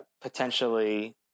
potentially